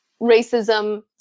racism